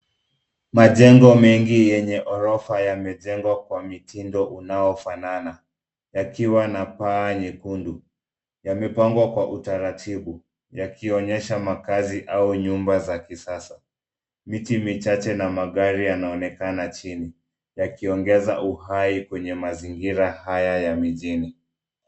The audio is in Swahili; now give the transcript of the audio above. Majengo mengi yenyeorofa yametengwa kwa mtindo unaofanana yakiwa na paa nyekundu. Yamepangwa kwa utaratibu yakionyesha makazi au nyumba za kisasa. Miti michache na magari yanaonekana chini yakiongeza uhai kwenye mazingira haya ya mjini.